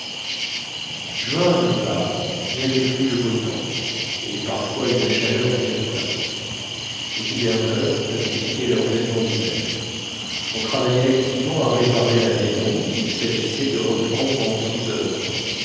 juin arriva et avec lui le beau temps et parfois une chaleur véritable les hiverneurs avaient quitté leurs vêtements d'hiver on travaillait activement à réparer la maison qu'il s'agissait de reprendre en